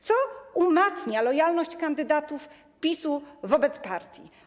Co umacnia lojalność kandydatów PiS-u wobec partii?